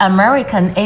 American